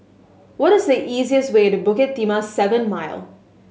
what is the easiest way to Bukit Timah Seven Mile